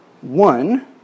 One